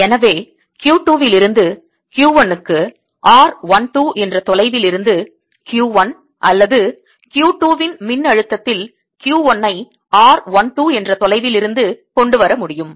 எனவே Q 2 லிருந்து Q 1 இக்கு r 1 2 என்ற தொலைவிலிருந்து Q 1 அல்லது Q 2 இன் மின்னழுத்தத்தில் Q 1 ஐ r 1 2 என்ற தொலைவிலிருந்து கொண்டு வர முடியும்